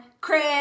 Chris